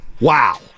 Wow